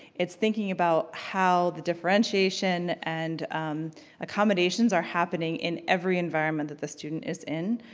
it's thinking about how the differentiation and accommodations are happening in every enviroment that the student is in,